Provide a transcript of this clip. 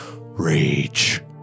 rage